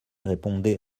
répondait